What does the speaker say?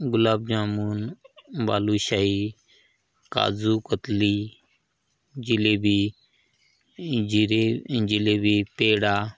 गुलाबजामुन बालूशाही काजूकतली जिलेबी जिरे जिलेबी पेढा